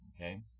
Okay